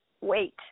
wait